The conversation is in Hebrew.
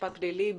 משפט פלילי,